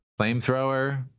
Flamethrower